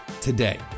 today